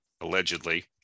allegedly